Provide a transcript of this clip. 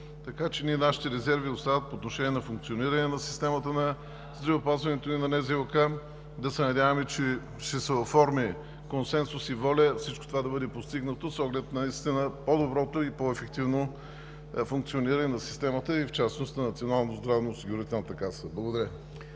Така че нашите резерви остават по отношение на функционирането на системата на здравеопазването и на НЗОК. Да се надяваме, че ще се оформи консенсус и воля всичко това да бъде постигнато с оглед наистина по-доброто и по-ефективно функциониране на системата и в частност на Националната здравноосигурителна каса. Благодаря.